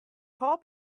call